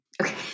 Okay